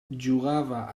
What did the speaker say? jugava